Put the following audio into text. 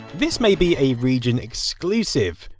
this may be a region exclusive,